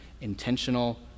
intentional